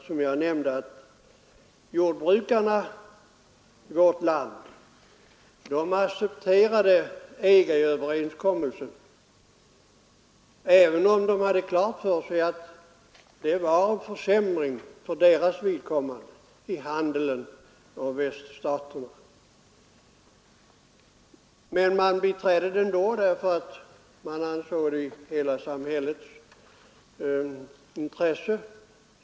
Som jag nämnde accepterade jordbrukarna i vårt land EG-överenskommelsen, trots att de hade klart för sig att den innebar en försämring för deras vidkommande i handeln med väststaterna. De biträdde förslaget ändå, därför att de ansåg att en enig uppslutning låg i hela samhällets intresse.